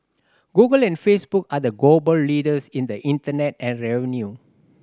Google and Facebook are the global leaders in internet ad revenue